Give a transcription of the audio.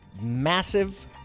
massive